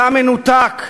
אתה מנותק.